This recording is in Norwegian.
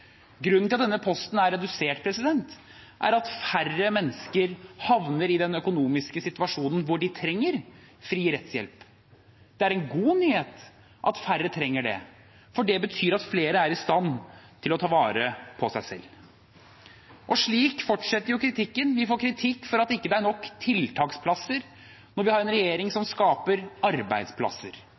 Grunnen til at denne posten er redusert, er at færre mennesker havner i den økonomiske situasjonen hvor de trenger fri rettshjelp. Det er en god nyhet at færre trenger det, for det betyr at flere er i stand til å ta vare på seg selv. Slik fortsetter kritikken. Vi får kritikk for at det ikke er nok tiltaksplasser, når vi har en regjering som skaper arbeidsplasser